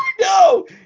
No